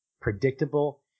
predictable